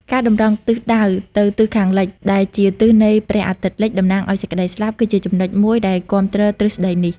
ការតម្រង់ទិសដៅទៅទិសខាងលិច ដែលជាទិសនៃព្រះអាទិត្យលិច តំណាងឲ្យសេចក្តីស្លាប់ គឺជាចំណុចមួយដែលគាំទ្រទ្រឹស្តីនេះ។